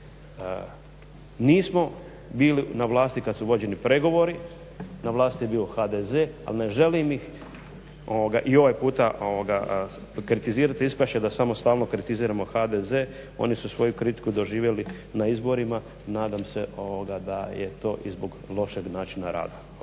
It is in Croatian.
Nismo bili na vlasti kad su vođeni pregovori, na vlasti je bio HDZ ali ne želim ih i ovaj puta kritizirati. Ispast će da samo stalno kritiziramo HDZ, oni su svoju kritiku doživjeli na izborima. Nadam se da je to i zbog lošeg načina rada.